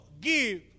give